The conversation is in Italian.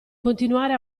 continuare